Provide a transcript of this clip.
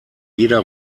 jeder